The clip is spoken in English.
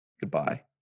goodbye